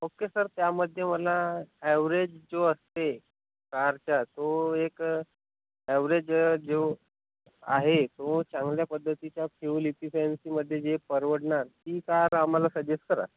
okay sir त्यामध्ये मला average जो असते कारचा तो एक ॲव्हरेज जो आहे तो चांगल्या पद्धतीच्या फ्युल इफिशियन्सीमध्ये जे परवडणार ती कार आम्हाला सजेस्ट करा